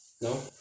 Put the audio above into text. No